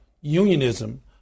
unionism